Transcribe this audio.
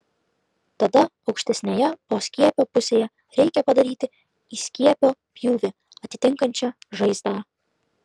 tada aukštesnėje poskiepio pusėje reikia padaryti įskiepio pjūvį atitinkančią žaizdą